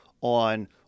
on